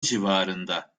civarında